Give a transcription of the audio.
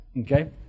Okay